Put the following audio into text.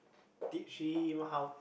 teach him how